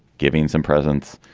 giving some presence.